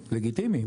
לגיטימי,